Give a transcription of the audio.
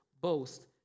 boast